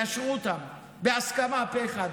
תאשרו אותן בהסכמה פה אחד.